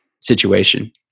situation